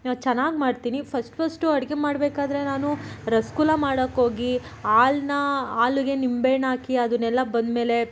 ಚೆನ್ನಾಗಿ ಮಾಡ್ತೀನಿ first first ಅಡುಗೆ ಮಾಡಬೇಕಾದ್ರೆ ನಾನು ರಸಗುಲ್ಲ ಮಾಡಕ್ಹೋಗಿ ಹಾಲನ್ನಾ ಹಾಲಿಗೆ ನಿಂಬೆಹಣ್ ಹಾಕಿ ಅದನ್ನೆಲ್ಲ ಬಂದಮೇಲೆ